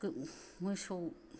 मोसौ